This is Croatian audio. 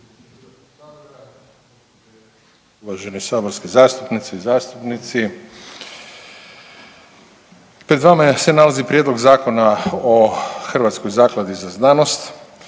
Uvaženi saborske zastupnice i zastupnice, pred vama se nalazi Prijedlog Zakona o Hrvatskoj zakladi za znanost.